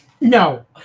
no